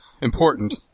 important